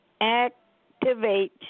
Activate